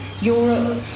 Europe